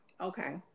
Okay